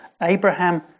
Abraham